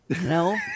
no